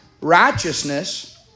righteousness